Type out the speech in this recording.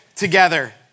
Together